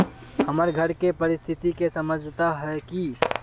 हमर घर के परिस्थिति के समझता है की?